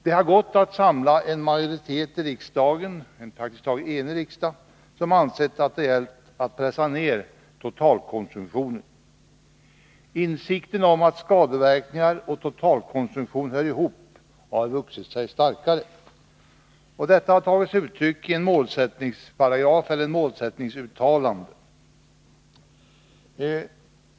Det har dock gått att samla en majoritet i riksdagen — en praktiskt taget enig riksdag — som ansett att det gällt att pressa ned totalkonsumtionen. Insikten om att skadeverkningar och totalkonsumtion hör ihop har vuxit sig starkare. Detta har tagit sig uttryck i ett målsättningsuttalande.